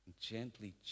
gently